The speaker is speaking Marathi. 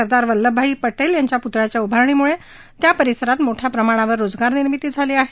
सरदार वल्लभभाई पटेल यांच्या पुतळ्याच्या उभारणीमुळे त्या परिसरात मोठ्या प्रमाणावर रोजगार निर्मिती झाली आहे